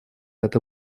это